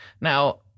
Now